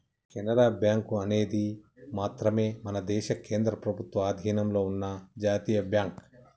Canara bank అనేది మాత్రమే మన దేశ కేంద్ర ప్రభుత్వ అధీనంలో ఉన్న జాతీయ బ్యాంక్